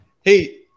Hey